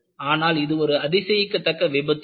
ஆனால் இது ஒரு அதிசயிக்கத்தக்க விபத்து ஆகும்